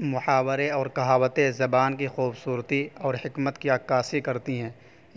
محاورے اور کہاوتے زبان کی خوبصورتی اور حکمت کی عکاسی کرتی ہیں